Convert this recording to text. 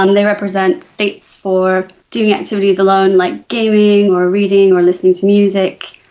and they represent states for doing activities alone, like gaming or reading or listening to music.